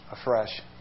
afresh